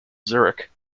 zurich